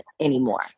anymore